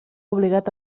obligat